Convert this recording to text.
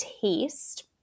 taste